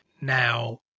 Now